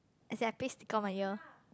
as in I paste sticker on my ear